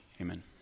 Amen